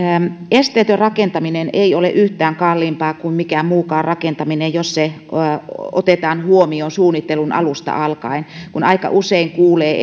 esteetön rakentaminen ei ole yhtään kalliimpaa kuin mikään muukaan rakentaminen jos se otetaan huomioon suunnittelun alusta alkaen aika usein kuulee